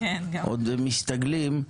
עוד מסתגלים.